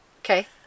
Okay